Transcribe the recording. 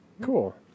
Cool